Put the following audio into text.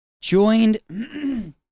joined